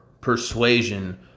persuasion